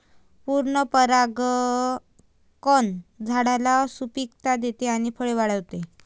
पूर्ण परागकण झाडाला सुपिकता देते आणि फळे वाढवते